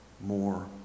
more